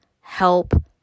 help